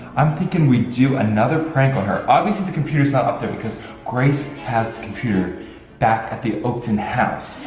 i'm thinking we do another prank on her, obviously the computer's not up there cause grace has the computer back at the oakton house,